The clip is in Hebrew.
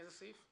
איזה סעיף?